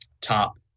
top